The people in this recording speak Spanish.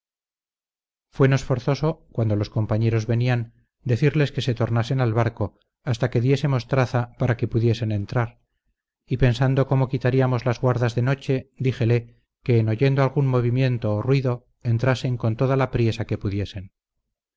fuenos forzoso cuando los compañeros venían decirles que se tornasen al barco hasta que diésemos traza para que pudiesen entrar y pensando cómo quitaríamos las guardas de noche díjele que en oyendo algún movimiento o ruido entrasen con toda la priesa que pudiesen